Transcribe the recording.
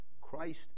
Christ